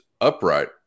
upright